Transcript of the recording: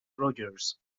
rogers